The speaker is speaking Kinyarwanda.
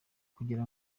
kugira